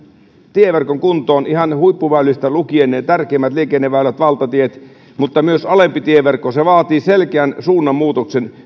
tieverkon kuntoon ihan huippuväylistä lukien ne tärkeimmät liikenneväylät valtatiet mutta myös alempi tieverkko vaatii selkeän suunnanmuutoksen